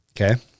Okay